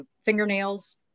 fingernails